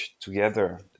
together